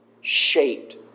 shaped